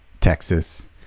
Texas